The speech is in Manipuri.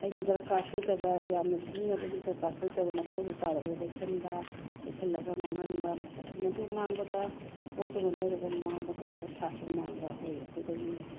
ꯑꯩꯅ ꯗꯔꯀꯥꯔꯁꯨ ꯂꯩꯇꯕ ꯌꯥꯝꯅ ꯁꯤꯖꯤꯟꯅꯕꯒꯤ ꯗꯔꯀꯥꯔꯁꯨ ꯂꯩꯇꯕ ꯃꯊꯧꯁꯨ ꯇꯥꯗꯕꯗ ꯂꯩꯁꯤꯟꯕ ꯂꯩꯁꯤꯜꯂꯒ ꯃꯥꯡꯍꯟꯕ ꯃꯗꯨ ꯃꯥꯡꯕꯗ ꯄꯣꯠꯇꯨꯃ ꯂꯩꯔꯨꯔꯒ ꯃꯥꯡꯕꯗ ꯄꯩꯁꯥꯁꯨ ꯃꯥꯡꯕ ꯑꯣꯏꯌꯦ ꯑꯩꯈꯣꯏꯗꯒꯤ